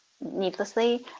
needlessly